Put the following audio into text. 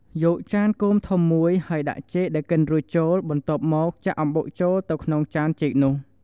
យកចានគោមធំមួយ ហើយដាក់ចេកដែលកិនរួចចូល បន្ទាប់មក ចាក់អំបុកចូលទៅក្នុងចានចេកនោះ។